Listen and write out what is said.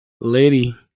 Lady